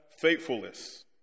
faithfulness